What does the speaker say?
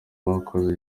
bakoze